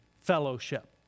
fellowship